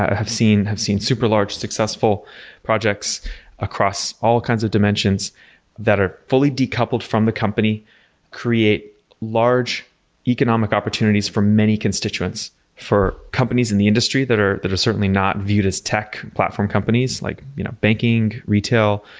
i have seen have seen super large successful projects across all kinds of dimensions that are fully decoupled from the company create large economic opportunities for many constituents for companies in the industry that are that are certainly not viewed as tech platform companies, like you know banking, retail,